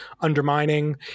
undermining